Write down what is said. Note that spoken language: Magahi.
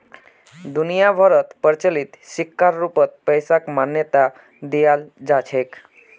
दुनिया भरोत प्रचलित सिक्कर रूपत पैसाक मान्यता दयाल जा छेक